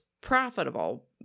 profitable